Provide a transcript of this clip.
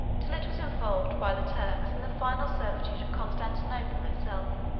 till it was involved by the turks in the final servitude of constantinople itself.